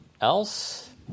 else